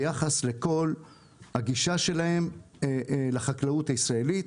ביחס לכל הגישה שלהם לחקלאות הישראלית,